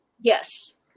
Yes